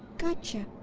got ya!